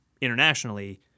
internationally